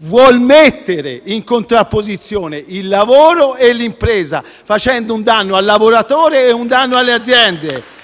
vuole mettere in contrapposizione il lavoro e l'impresa, facendo un danno al lavoratore e un danno alle aziende.